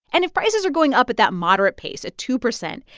and if prices are going up at that moderate pace, at two percent,